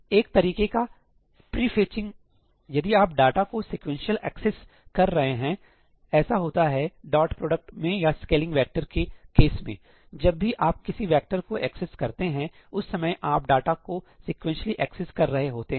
एक तरीके का प्री फेचिंग यदि आप डाटा को सीक्वेंशियल एक्सेस कर रहे हैं ऐसा होता है डॉट प्रोडक्ट में या सकेलिंग वेक्टर के केस में जब भी आप किसी वेक्टर को एक्सेस करते हैं उस समय आप डाटा को सीक्वेंटीली एक्सेस कर रहे होते हैं